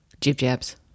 Jib-jabs